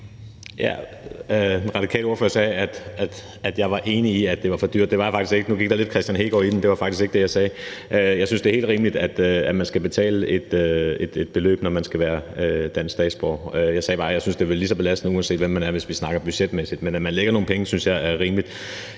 (S): Den radikale ordfører sagde, at jeg var enig i i, at det var for dyrt. Det var jeg faktisk ikke. Nu gik der lidt Kristian Hegaard i den. Det var faktisk ikke det, jeg sagde. Jeg synes, det er helt rimeligt, at man skal betale et beløb, når man skal være dansk statsborger. Jeg sagde bare, at det måtte være lige belastende, uanset hvem man er, hvis vi snakker om det budgetmæssigt. Men at man lægger nogle penge, synes jeg er rimeligt.